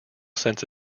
since